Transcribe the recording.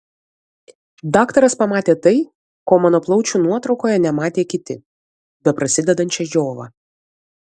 daktaras pamatė tai ko mano plaučių nuotraukoje nematė kiti beprasidedančią džiovą